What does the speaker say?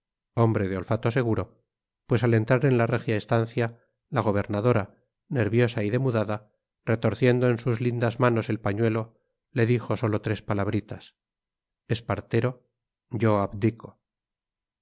hombre de olfato seguro pues al entrar en la regia estancia la gobernadora nerviosa y demudada retorciendo en sus lindas manos el pañuelo le dijo sólo tres palabritas espartero yo abdico